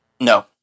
No